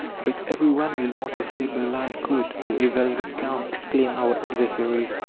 but every one will want a sable-lined coat or a velvet gown! exclaim our adversaries.